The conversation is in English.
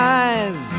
eyes